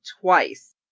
twice